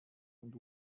und